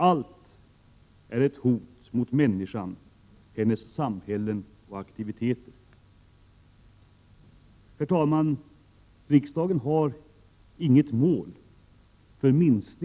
Allt är ett hot mot människan, hennes samhällen och aktiviteter. Herr talman! Riksdagen har inte uppställt något mål för hur